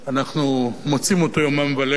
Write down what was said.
אנחנו מוצאים אותו יומם וליל, כי